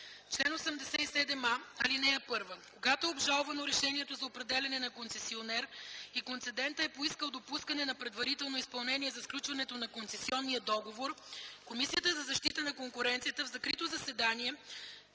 „Чл. 87а. (1) Когато е обжалвано решението за определяне на концесионер и концедентът е поискал допускане на предварително изпълнение за сключването на концесионния договор, Комисията за защита на конкуренцията в закрито заседание